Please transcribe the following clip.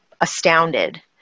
astounded